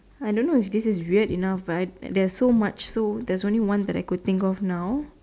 I don't know if this is weird enough but there is so much so there is only one that I could think off now